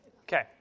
Okay